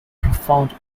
profound